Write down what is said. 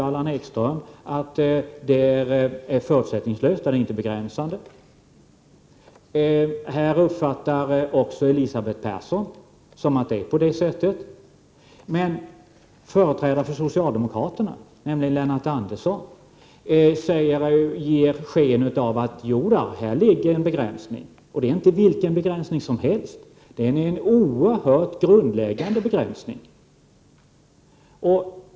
Allan Ekström säger att den är förutsättningslös och inte begränsande. Även Elisabeth Persson uppfattar att det är på det sättet. Men företrädaren för socialdemokraterna, nämligen Lennart Andersson, ger sken av att här finns en begränsning, och det är inte vilken begränsning som helst. Det är en oerhört grundläggande begränsning.